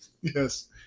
Yes